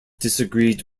disagreed